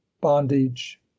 bondage